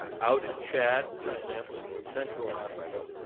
out in chad, for example, in north central africa.